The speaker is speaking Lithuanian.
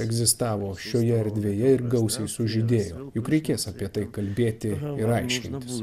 egzistavo šioje erdvėje ir gausiai sužydėjo juk reikės apie tai kalbėti ir aiškintis